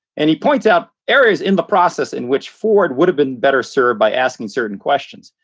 and he points out errors in the process in which ford would have been better served by asking certain questions.